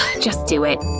just do it.